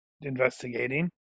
investigating